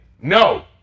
No